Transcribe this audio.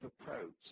approach